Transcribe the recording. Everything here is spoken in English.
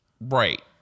Right